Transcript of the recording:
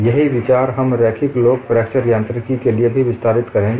यही विचार हम रैखिक लोच फ्रैक्चर यांत्रिकी के लिए भी विस्तारित करेंगे